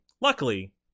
luckily